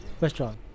Restaurant